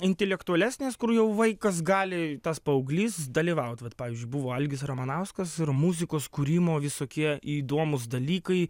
intelektualesnės kur jau vaikas gali tas paauglys dalyvaut vat pavyzdžiui buvo algis ramanauskas ir muzikos kūrimo visokie įdomūs dalykai